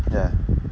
ya